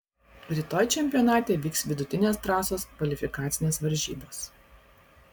rytoj čempionate vyks vidutinės trasos kvalifikacinės varžybos